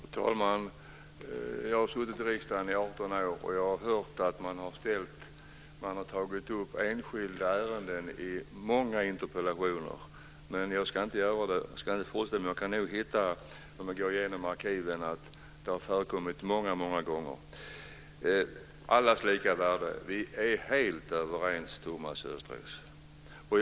Fru talman! Jag har suttit i riksdagen i 18 år, och jag har hört att man har tagit upp enskilda ärenden i många interpellationer. Jag ska inte göra det när jag nu fortsätter, men man kan nog hitta, om man går igenom arkiven, att det har förekommit många gånger. När det gäller det här med allas lika värde är vi helt överens, Thomas Östros.